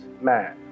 man